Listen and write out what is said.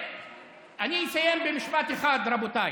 היושב-ראש,